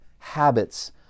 habits